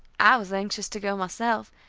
i was anxious to go myself,